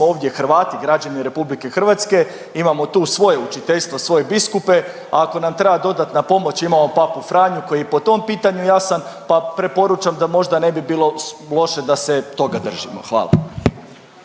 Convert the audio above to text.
ovdje Hrvati građani RH, imamo tu svoje učiteljstvo, svoje biskupe, ako nam treba dodatna pomoć imamo Papu Franju koji je po tom pitanju jasan, pa preporučam da možda ne bi bilo loše da se toga držimo. Hvala.